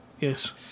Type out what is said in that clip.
Yes